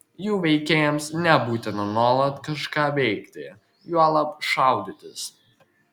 jų veikėjams nebūtina nuolat kažką veikti juolab šaudytis